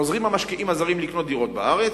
חוזרים המשקיעים הזרים לקנות דירות בארץ,